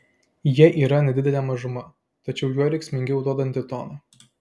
jie yra nedidelė mažuma tačiau juo rėksmingiau duodanti toną